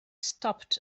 stopped